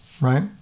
right